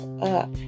up